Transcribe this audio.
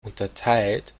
unterteilt